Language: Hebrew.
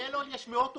בטלאול יש מאות עובדים.